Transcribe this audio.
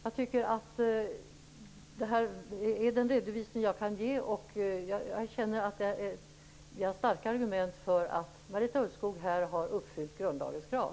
Jag tycker att det här är den redovisning jag kan ge, och jag känner att vi har starka argument för att Marita Ulvskog här har uppfyllt grundlagens krav.